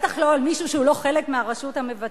בטח לא על מישהו שהוא לא חלק מהרשות המבצעת.